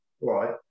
right